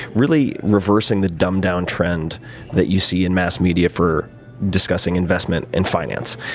really reversing the dumb down trend that you see in mass media for discussing investment and finance.